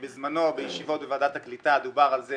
בזמנו, בישיבות בוועדת הקליטה דובר על זה